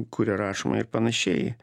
kuria rašoma ir panašiai